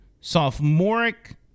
sophomoric